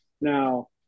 Now